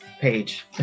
page